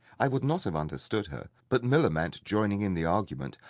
i would not have understood her, but millamant joining in the argument,